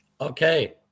Okay